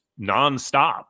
nonstop